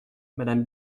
madame